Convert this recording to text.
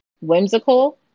whimsical